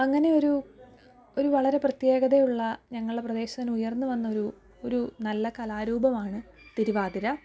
അങ്ങനെ ഒരു ഒരു വളരെ പ്രത്യേകതയുള്ള ഞങ്ങളുടെ പ്രദേശത്തുനിന്ന് ഉയർന്നുവന്നൊരു ഒരു നല്ല കലാരൂപമാണ് തിരുവാതിര